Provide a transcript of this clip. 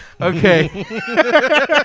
Okay